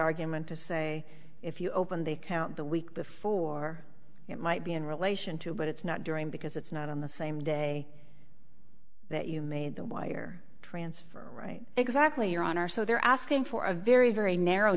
argument to say if you open the account the week before it might be in relation to but it's not during because it's not on the same day that you made the wire transfer right exactly your honor so they're asking for a very very narrow